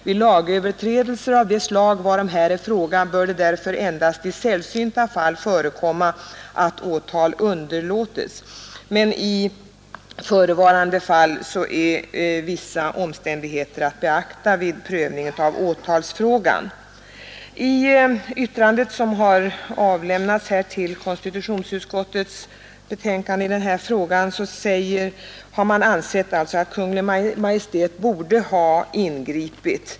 Vid lagöverträdelser av det slag varom här är fråga bör det därför endast i sällsynta fall förekomma att åtal underlåtes.” I det här fallet fann riksåklagaren emellertid vissa speciella omständigheter värda att beakta vid prövning av åtalsfrågan. I det särskilda yttrande som avgivits till konstitutionsutskottets betänkande i den här frågan har herrar Nelander och Norrby i Åkersberga anfört att Kungl. Maj:t borde ha ingripit.